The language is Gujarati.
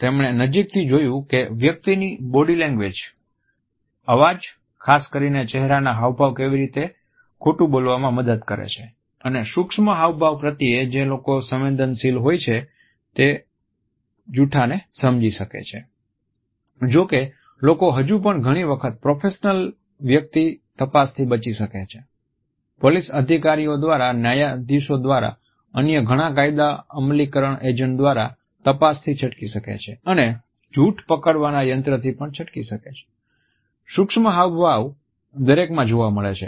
તેમણે નજીકથી જોયું કે વ્યક્તિની બોડી લેંગ્વેજ Body language અવાજ ખાસ કરીને ચહેરાના હાવભાવ કેવી રીતે ખોટું બોલવામાં મદદ કરે છે અને સૂક્ષ્મ હાવભાવ પ્રત્યે જે લોકો સંવેદનશીલ હોય છે તે જૂઠાને સમજી શકે છે જોકે લોકો હજુ પણ ઘણી વખત પ્રોફેશનલ વ્યક્તિ તપાસથી બચી શકે છે પોલીસ અધિકારીઓ દ્વારા ન્યાયાધીશો દ્વારા અન્ય ઘણા કાયદા અમલીકરણ એજન્ટ દ્વારા તપાસથી છટકી શકે છે અને જૂઠ પકડવાના યંત્ર થી પણ છટકી શકે છે સૂક્ષ્મ હાવભાવ દરેકમાં જોવા મળે છે